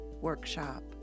workshop